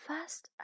Fast